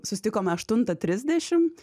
susitikome aštuntą trisdešim